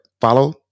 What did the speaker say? follow